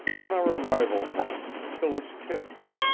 on our arrival home phyllis kissed me,